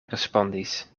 respondis